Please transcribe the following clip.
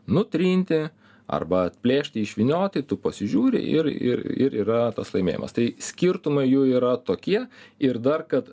nutrinti arba atplėšti išvynioti tu pasižiūri ir ir ir yra tas laimėjimas tai skirtumai jų yra tokie ir dar kad